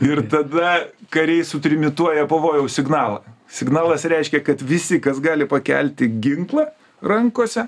ir tada kariai sutrimituoja pavojaus signalą signalas reiškia kad visi kas gali pakelti ginklą rankose